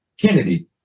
Kennedy